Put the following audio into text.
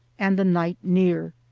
and the night near.